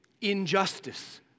injustice